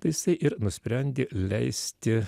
tai jisai ir nusprendė leisti